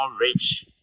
rich